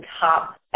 top